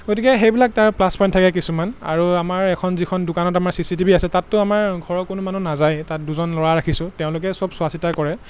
গতিকে সেইবিলাক তাৰ প্লাছ পইণ্ট থাকে কিছুমান আৰু আমাৰ এখন যিখন দোকানত আমাৰ চি চি টি ভি আছে তাততো আমাৰ ঘৰৰ কোনো মানুহ নাযায়েই তাত দুজন ল'ৰা ৰাখিছোঁ তেওঁলোকে চব চোৱা চিতা কৰে